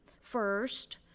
First